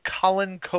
Colin